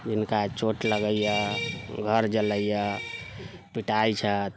जिनका चोट लगैया घर जलैया पिटाइ छथि